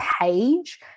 page